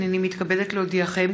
הינני מתכבדת להודיעכם,